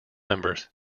members